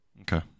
Okay